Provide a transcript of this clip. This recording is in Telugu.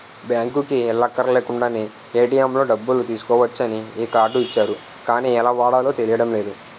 బాంకుకి ఎల్లక్కర్లేకుండానే ఏ.టి.ఎం లో డబ్బులు తీసుకోవచ్చని ఈ కార్డు ఇచ్చారు గానీ ఎలా వాడాలో తెలియడం లేదు